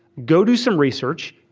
go do some research.